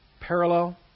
parallel